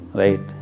right